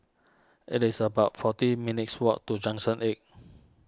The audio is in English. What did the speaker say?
it is about forty minutes' walk to Junction eight